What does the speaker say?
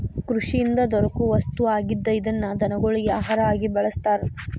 ಕೃಷಿಯಿಂದ ದೊರಕು ವಸ್ತು ಆಗಿದ್ದ ಇದನ್ನ ದನಗೊಳಗಿ ಆಹಾರಾ ಆಗಿ ಬಳಸ್ತಾರ